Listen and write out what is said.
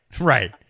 right